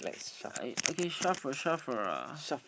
I okay shuffle shuffle ah